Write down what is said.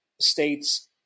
states